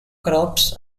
crops